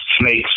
snakes